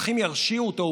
אך אם ירשיעו אותו,